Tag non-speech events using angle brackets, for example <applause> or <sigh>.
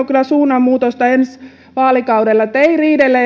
<unintelligible> kyllä suunnanmuutosta ensi vaalikaudella ei ei riidellen